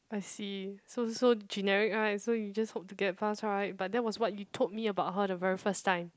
I see so so generic right so you just hope to get pass right but that was what you told me about her the very first time